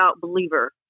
believer